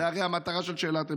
זו הרי המטרה של שאלת המשך.